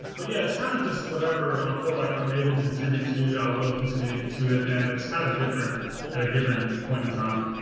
but yeah, it's kind of just whatever i feel like i'm able to contribute to, i will contribute to it. and it's kind of different at a given point in time.